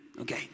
okay